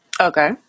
Okay